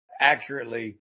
accurately